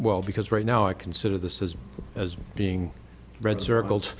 well because right now i consider this is as being red circle